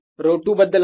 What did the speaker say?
ρ2 बद्दल काय